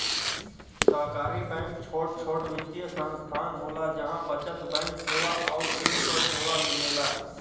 सहकारी बैंक छोट छोट वित्तीय संस्थान होला जहा बचत बैंक सेवा आउर ऋण क सेवा मिलेला